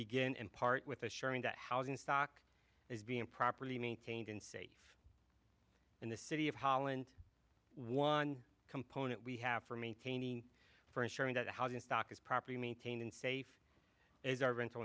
begin in part with assuring that housing stock is being properly maintained and safe in the city of holland one component we have for maintaining for ensuring that the housing stock is properly maintained and safe is our rental